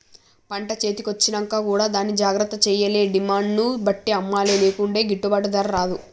పంట చేతి కొచ్చినంక కూడా దాన్ని జాగ్రత్త చేయాలే డిమాండ్ ను బట్టి అమ్మలే లేకుంటే గిట్టుబాటు ధర రాదు